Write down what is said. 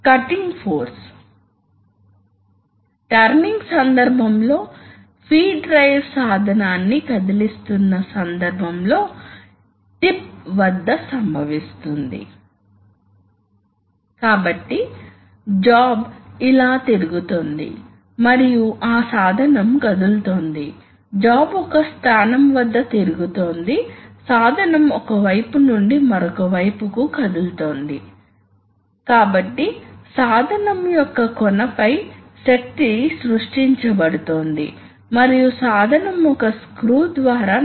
కాబట్టి ఇది ఇలా వెళ్లి ప్రవహిస్తుంది మరియు తరువాత ఈ మార్గం ద్వారా బయటకు వస్తుంది మరియు ఇది ఈ మార్గానికి అనుసంధానించబడిందని చూడండి కాబట్టి వేగం ఎంత ఉంటుందో ఈ ఫ్లో కంట్రోల్ వాల్వ్ యొక్క రేటింగ్ మీద ఆధారపడి ఉంటుంది అది f1 మరోవైపు ఈ వైపు తరలించడానికి ప్రయత్నిస్తున్నప్పుడు ఎడమ నుండి కుడికి ఇది DCV యొక్క ఈ పెట్టెకు అనుగుణమైన పొజిషన్ కాబట్టి ఇప్పుడు DCV దీని ద్వారా కనెక్ట్ అవ్వబోతోంది మరియు ఈ పోర్ట్ ఇక్కడ కనెక్ట్ అవుతుంది